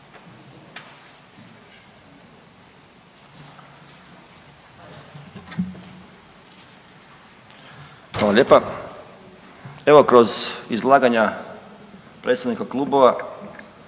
Hvala lijepa. Evo kroz izlaganja predstavnika klubova